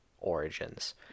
Origins